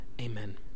Amen